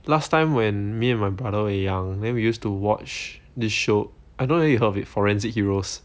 last time when me and my brother wei yang then we used to watch this show I don't whether you heard of it forensic heroes